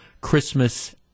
Christmas